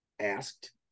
asked